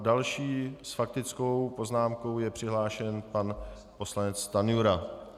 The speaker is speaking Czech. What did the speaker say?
S další s faktickou poznámkou je přihlášen pan poslanec Stanjura.